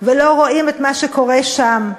ולא רואים את מה שקורה שם.